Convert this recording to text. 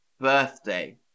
birthday